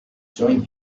join